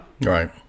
Right